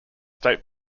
state